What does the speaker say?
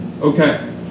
Okay